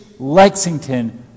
Lexington